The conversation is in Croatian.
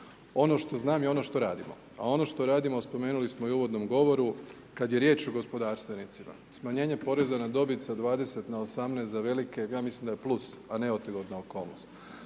Ono što znam i ono što radimo. A ono što radimo spomenuli smo i u uvodnom govoru, kada je riječ o gospodarstvenicima, smanjenje poreza na dobit sa 20 na 18 za velike, ja mislim da je plus, a ne otegotna okolnost.